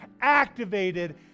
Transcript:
activated